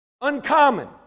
uncommon